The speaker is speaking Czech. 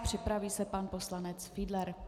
Připraví se pan poslanec Fiedler.